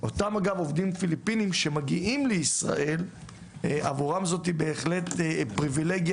אותם עובדים פיליפינים שמגיעים לישראל עבורם זו בהחלט פריבילגיה